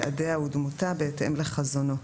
יעדיה ודמותה בהתאם לחזונו.